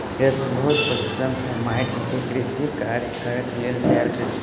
कृषक बहुत परिश्रम सॅ माइट के कृषि कार्यक लेल तैयार केलक